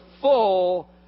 full